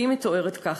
והיא מתוארת כך,